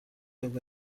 ove